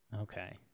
Okay